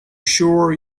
sure